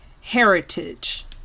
heritage